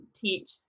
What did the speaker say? teach